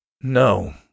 No